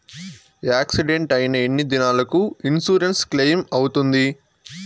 Accident అయిన ఎన్ని దినాలకు ఇన్సూరెన్సు క్లెయిమ్ అవుతుంది?